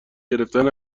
گرفتن